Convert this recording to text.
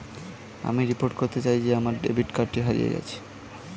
আমি রিপোর্ট করতে চাই যে আমার ডেবিট কার্ডটি হারিয়ে গেছে